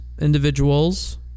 individuals